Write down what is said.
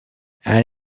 and